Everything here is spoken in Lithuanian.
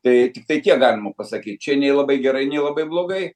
tai tiktai tiek galima pasakyt čia nei labai gerai nei labai blogai